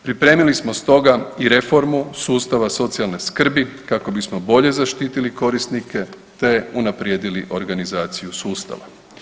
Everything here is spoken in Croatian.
Pripremili smo stoga i reformu sustava socijalne skrbi kako bismo bolje zaštitili korisnike te unaprijedili organizaciju sustava.